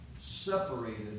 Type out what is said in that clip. separated